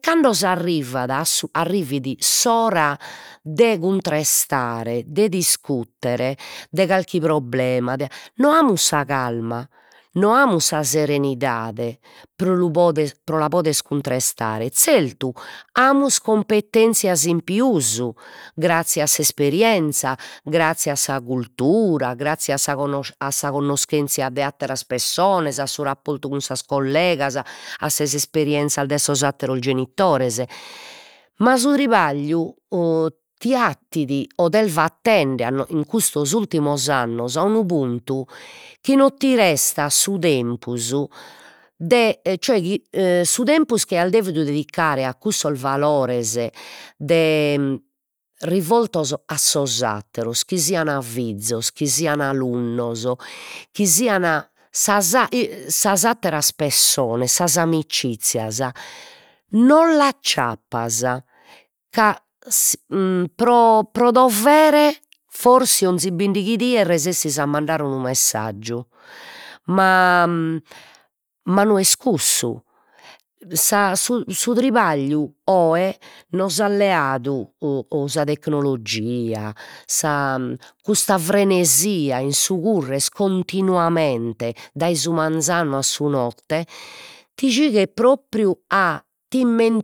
Cando s'arrivat a arrivit s'ora de cuntrestare, de discutere, de carchi problema no amus sa calma, no amus sa serenidade pro lu poder pro la poder cuntrestare, zertu amus cumpetenzias in pius, grazzie a s'esperienzia, grazzie a sa cultura, grazzie a sa connoschenzia de atteras pessonas, a su rapportu cun sas collegas, a sas esperienzias de sos atteros genitores, ma su tribagliu ti 'attit o t'est battende a no custos ultimos annos a unu puntu chi non ti restat su tempus de cioè chi e su tempus chi aias devidu dedicare a cussos valores de rivoltos a sos atteros, chi sian fizos, chi sian alunnos, chi sian sas sas atteras pessonas, sas amicizias, non l'acciappas ca pro pro dovere forsi 'onzi bindighi dies resessis a mandare unu messaggiu, ma ma no est cussu, sa su su tribagliu oe nos at leadu u o sa tecnologia sa custa frenesia in su currer continuamente dai su manzanu a su notte chi giughet propriu a t'isme